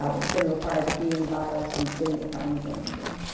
um it's gonna require defeating the virus and getting the economy going again.